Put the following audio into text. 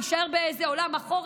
להישאר באיזה עולם מאחור,